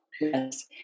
Yes